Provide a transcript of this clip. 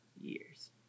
years